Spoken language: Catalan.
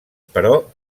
però